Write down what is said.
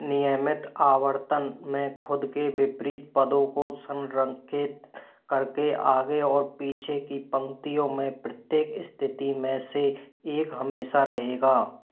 नियमित आवर्तन में ख़ुद के विपरीत पदों को संरक्षित कर के आगे और पीछे की पंक्तियों में प्रत्येक स्थिति में से एक हमेशा रहेगा